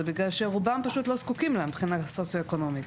בגלל שרובם לא זקוקים לה מבחינה סוציו אקונומית.